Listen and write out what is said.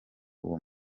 uwo